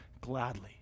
gladly